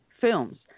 films